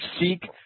seek